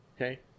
okay